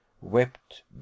Wept